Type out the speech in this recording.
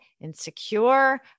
insecure